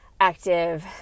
active